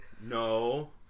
No